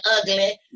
ugly